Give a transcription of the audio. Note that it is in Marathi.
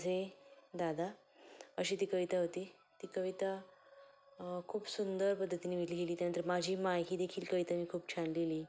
माझे दादा अशी ती कविता होती ती कविता खूप सुंदर पद्धतीने मी लिहिलेली त्यानंतर माझी माय ही देखील कविता मी खूप छान लिहिली